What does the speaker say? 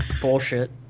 bullshit